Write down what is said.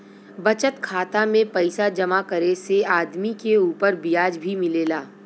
बचत खाता में पइसा जमा करे से आदमी के उपर ब्याज भी मिलेला